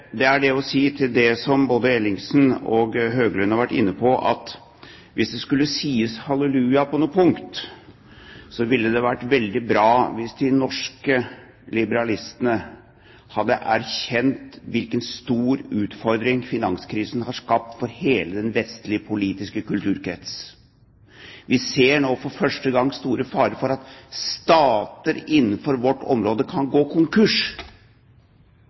Det er det å si til det som både Ellingsen og Høglund har vært inne på, at hvis det skulle sies «halleluja» på noe punkt, ville det vært hvis de norske liberalistene hadde erkjent hvilken stor utfordring finanskrisen har skapt for hele den vestlige politiske kulturkrets. Vi ser nå for første gang store farer for at stater innenfor vårt område kan gå konkurs.